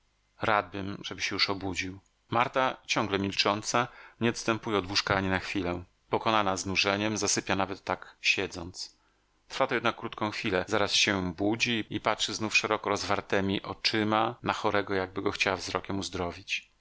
radbym żeby się już obudził marta ciągle milcząca nie odstępuje od łóżka ani na chwilę pokonana znużeniem zasypia nawet tak siedząc trwa to jednak krótką chwilę zaraz się budzi i patrzy znów szeroko rozwartemi oczyma na chorego jakby go chciała wzrokiem uzdrowić